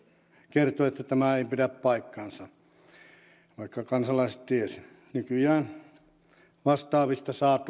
kertoi että tämä ei pidä paikkaansa vaikka kansalaiset tiesivät nykyään vastaavista saa